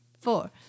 four